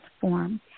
form